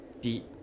deep